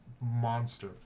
monster